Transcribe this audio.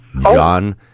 John